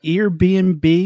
Airbnb